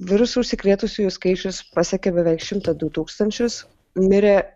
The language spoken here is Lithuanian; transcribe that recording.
virusu užsikrėtusiųjų skaičius pasiekė beveik šimtą du tūkstančius mirė